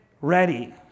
ready